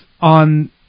on